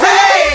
Hey